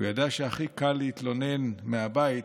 הוא ידע שהכי קל להתלונן מהבית,